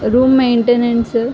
room maintenance